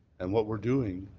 and what we're doing